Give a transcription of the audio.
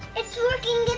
it's working!